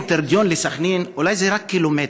המרחק בין תרדיון לסח'נין הוא אולי רק קילומטר,